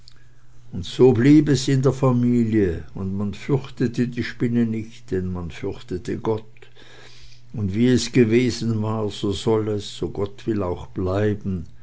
und so blieb es in der familie und man fürchtete die spinne nicht denn man fürchtete gott und wie es gewesen war so soll es so gott will auch bleiben